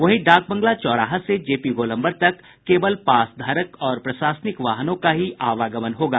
वहीं डाकबंगला चौराहा से जे पी गोलम्बर तक केवल पास धारक और प्रशासनिक वाहनों का ही आवागमन होगा